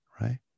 right